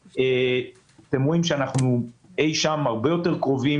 אתם רואים שאנחנו אי-שם הרבה יותר קרובים